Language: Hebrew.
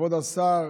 כבוד השר,